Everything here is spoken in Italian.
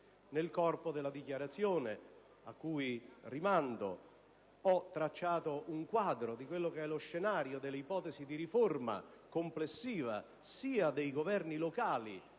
Nel corpo della dichiarazione, a cui rimando, traccio un quadro dello scenario delle ipotesi di riforma complessiva sia dei governi locali